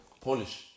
Polish